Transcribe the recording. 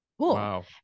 cool